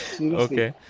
Okay